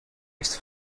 its